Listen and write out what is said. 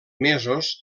mesos